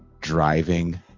driving